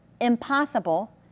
impossible